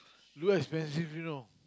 too expensive you know